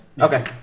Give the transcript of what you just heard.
Okay